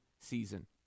Season